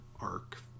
arc